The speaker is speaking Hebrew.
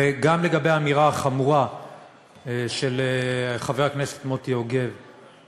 וגם לגבי האמירה החמורה של חבר הכנסת מוטי יוגב,